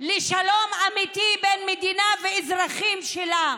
לשלום אמיתי בין מדינה לאזרחים שלה,